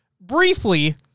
briefly